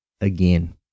again